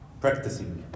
practicing